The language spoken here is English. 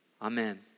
Amen